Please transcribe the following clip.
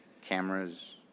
cameras